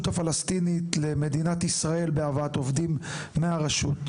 הפלסטינית למדינת ישראל בהבאת עובדים מהרשות?